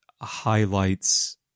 highlights